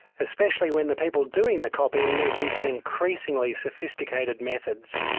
especially when the people doing the copying are using increasingly sophisticated methods.